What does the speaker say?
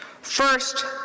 First